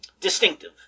distinctive